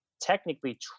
technically